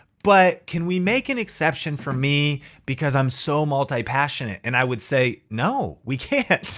but can we make an exception for me because i'm so multi-passionate. and i would say no, we can't.